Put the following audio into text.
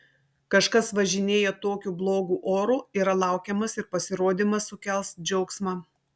kažkas važinėja tokiu blogu oru yra laukiamas ir pasirodymas sukels džiaugsmą